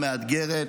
מאתגרת,